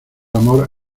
amor